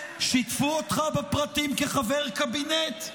שיתפו אותך בפרטים, כחבר קבינט?